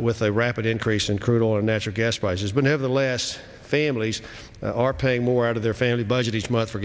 with a rapid increase in crude oil and natural gas prices but nevertheless families are paying more out of their family budget each month for